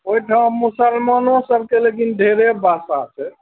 ओहिठाम मुसलमानो सभके लेकिन ढेरे बासा छै